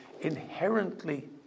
inherently